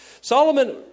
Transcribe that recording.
Solomon